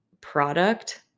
product